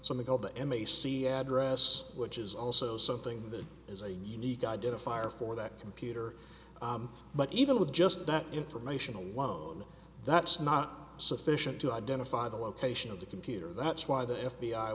something called the m a c address which is also something that is a unique identifier for that computer but even with just that information alone that's not sufficient to identify the location of the computer that's why the f